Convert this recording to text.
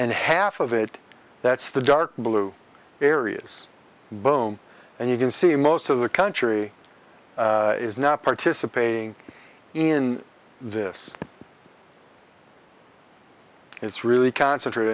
and half of it that's the dark blue areas boom and you can see most of the country is not participating in this it's really concentrate